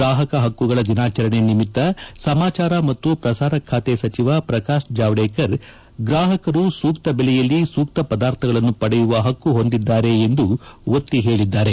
ಗ್ರಾಹಕ ಹಕ್ತುಗಳ ದಿನಾಚರಣೆ ನಿಮಿತ್ತ ಸಮಾಚಾರ ಮತ್ತು ಪ್ರಸಾರ ಖಾತೆ ಸಚಿವ ಪ್ರಕಾಶ್ ಜಾವಡೇಕರ್ ಗ್ರಾಹಕರು ಸೂಕ್ತ ಬೆಲೆಯಲ್ಲಿ ಸೂಕ್ತ ಪದಾರ್ಥಗಳನ್ನು ಪಡೆಯುವ ಹಕ್ಕು ಹೊಂದಿದ್ದಾರೆ ಎಂದು ಒತ್ತಿ ಹೇಳಿದ್ದಾರೆ